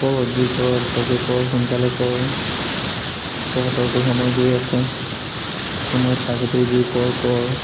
কৰ যি কৰ ভালকৈ কৰ সোনকালে কৰ তহঁতৰটো সময় গৈ আছে সময় থাকোঁতেই যি কৰ কৰ